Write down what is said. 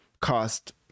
cost